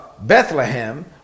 Bethlehem